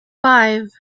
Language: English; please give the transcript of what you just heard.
five